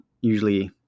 usually